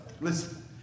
listen